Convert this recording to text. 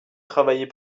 travailliez